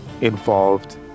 involved